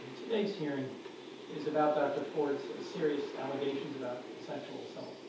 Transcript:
um today's hearing is about dr. ford so serious allegations about sexual assault.